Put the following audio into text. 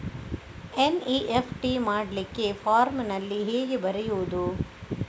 NEFT ಮಾಡ್ಲಿಕ್ಕೆ ಫಾರ್ಮಿನಲ್ಲಿ ಹೇಗೆ ಬರೆಯುವುದು?